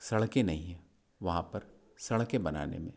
सड़कें नहीं हैं वहाँ पर सड़कें बनाने में